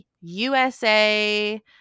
USA